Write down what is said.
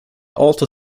alto